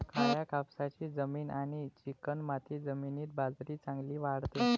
काळ्या कापसाची जमीन आणि चिकणमाती जमिनीत बाजरी चांगली वाढते